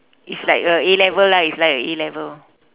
it's like a A-level lah like it's like A-level